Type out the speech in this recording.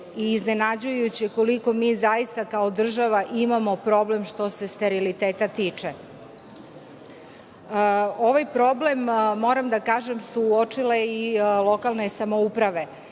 i iznenađujuće koliko mi kao država imamo problem što se steriliteta tiče. Ovaj problem moram da kažem su uočile i lokalne samouprave.